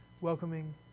welcoming